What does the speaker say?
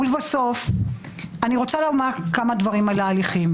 ולבסוף אני רוצה לומר כמה דברים על ההליכים.